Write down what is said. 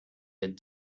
had